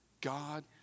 God